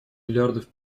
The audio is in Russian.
миллиардов